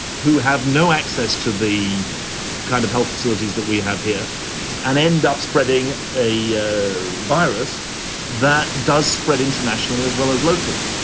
who have no access to the kind of health facilities that we have here and end up spreading a ah virus that does spread internationally as well as locally.